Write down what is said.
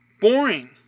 Boring